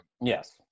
Yes